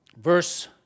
Verse